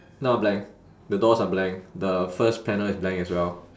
no blank the doors are blank the first panel is blank as well